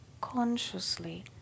consciously